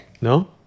No